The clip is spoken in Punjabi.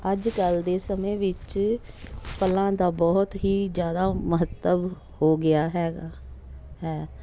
ਅੱਜ ਕੱਲ੍ਹ ਦੇ ਸਮੇਂ ਵਿੱਚ ਫਲਾਂ ਦਾ ਬਹੁਤ ਹੀ ਜ਼ਿਆਦਾ ਮਹੱਤਵ ਹੋ ਗਿਆ ਹੈਗਾ ਹੈ